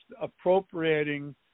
appropriating